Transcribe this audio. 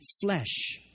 flesh